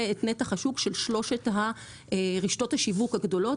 את נתח השוק של שלוש רשתות השיווק הגדולות.